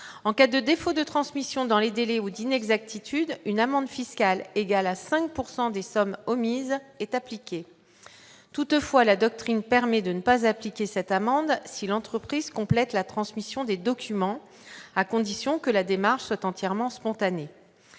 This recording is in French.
en cas de défaut de transmission dans les délais ou d'inexactitudes une amende fiscale égale à 5 pourcent des sommes omise est appliquée toutefois la doctrine permet de ne pas appliquer cette amende si l'entreprise complète la transmission des documents, à condition que la démarche soit entièrement spontané,